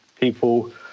people